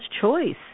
choice